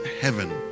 heaven